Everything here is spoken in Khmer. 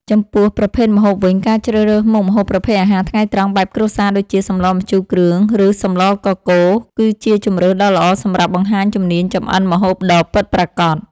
ចំពោះប្រភេទម្ហូបវិញ ការជ្រើសរើសមុខម្ហូបប្រភេទអាហារថ្ងៃត្រង់បែបគ្រួសារ ដូចជា សម្លម្ជូរគ្រឿង ឬសម្លកកូរ គឺជាជម្រើសដ៏ល្អសម្រាប់បង្ហាញជំនាញចម្អិនម្ហូបដ៏ពិតប្រាកដ។